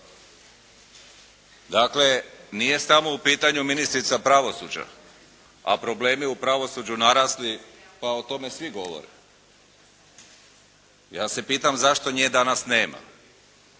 Dakle, nije samo u pitanju ministrica pravosuđa, a problemi u pravosuđu narasli, pa o tome svi govore. Ja se pitam zašto nje danas nema?